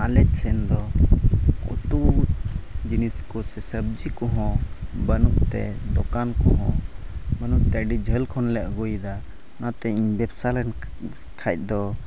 ᱟᱞᱮ ᱴᱷᱮᱱ ᱫᱚ ᱩᱛᱩ ᱡᱤᱱᱤᱥ ᱠᱚ ᱥᱮ ᱥᱚᱵᱽᱡᱤ ᱠᱚ ᱦᱚᱸ ᱵᱟᱹᱱᱩᱜᱛᱮ ᱫᱚᱠᱟᱱ ᱠᱚ ᱦᱚᱸ ᱵᱟᱹᱱᱩᱜᱛᱮ ᱟᱹᱰᱤ ᱡᱷᱟᱹᱞ ᱠᱷᱚᱱ ᱞᱮ ᱟᱹᱜᱩᱭᱫᱟ ᱚᱱᱟᱛᱮ ᱤᱧ ᱵᱮᱵᱽᱥᱟ ᱞᱮᱱ ᱠᱷᱟᱡ ᱫᱚ